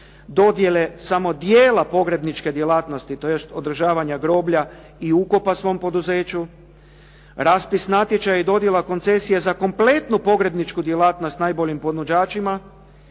dodjele samo djela pogrebničke djelatnosti tj. održavanja groblja i ukopa svom poduzeću, raspis natječaja i dodjela koncesije za kompletnu pogrebničku djelatnost najboljim ponuđačima